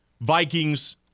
Vikings